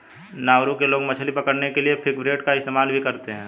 Nauru के लोग मछली पकड़ने के लिए फ्रिगेटबर्ड का इस्तेमाल भी करते हैं